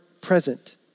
present